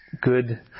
Good